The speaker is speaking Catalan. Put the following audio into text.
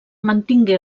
mantingué